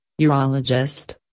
urologist